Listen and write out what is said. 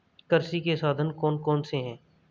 कृषि के साधन कौन कौन से हैं?